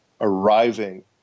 arriving